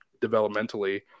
developmentally